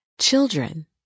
children